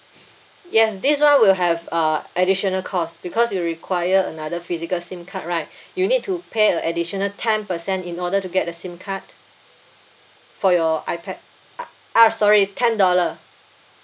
yes this [one] will have uh additional cost because you require another physical sim card right you need to pay a additional ten per cent in order to get a sim card for your ipad ah ah sorry ten dollar